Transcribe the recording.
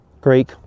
Greek